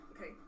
Okay